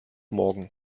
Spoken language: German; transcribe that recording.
morgen